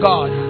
God